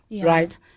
right